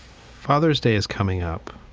father's day is coming up.